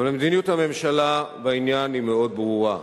אבל מדיניות הממשלה בעניין מאוד ברורה,